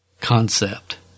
concept